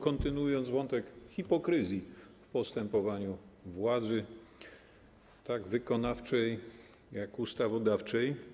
Kontynuuję wątek hipokryzji w postępowaniu władzy tak wykonawczej, jak i ustawodawczej.